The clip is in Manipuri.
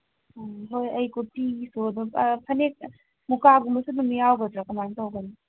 ꯑ ꯍꯣꯏ ꯑꯩ ꯀꯨꯔꯇꯤꯒꯤꯁꯨ ꯑꯗꯨꯝ ꯐꯅꯦꯛ ꯃꯨꯀꯥꯒꯨꯝꯕꯁꯨ ꯑꯗꯨꯝ ꯌꯥꯎꯒꯗ꯭ꯔ ꯀꯃꯥꯏ ꯇꯧꯕꯅꯣ